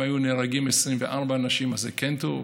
אם היו נהרגים 24 אנשים אז זה כן טרור?